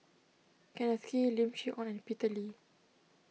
Kenneth Kee Lim Chee Onn and Peter Lee